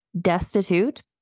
destitute